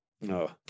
No